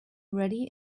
ready